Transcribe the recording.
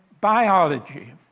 biology